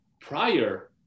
prior